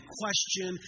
question